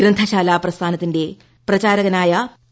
ഗ്രന്ഥശാലാ പ്രസ്ഥാനത്തിന്റെ പ്രചാരകനായ പി